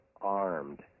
armed